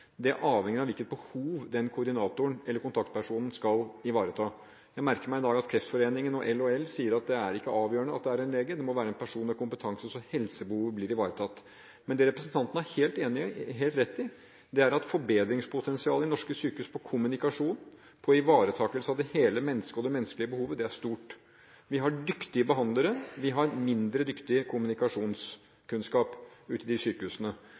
– avhenger av hvilket behov koordinatoren eller kontaktpersonen skal ivareta. Jeg merker meg i dag at Kreftforeningen og LHL sier at det ikke er avgjørende at det er en lege – det må være en person med kompetanse, slik at helsebehovet blir ivaretatt. Men det representanten har helt rett i, er at forbedringspotensialet i norske sykehus når det gjelder kommunikasjon, ivaretakelse av hele mennesket, det menneskelige behovet, er stort. Vi har dyktige behandlere, vi har mindre god kommunikasjonskunnskap i sykehusene. Men det å gjøre dette til